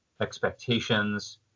expectations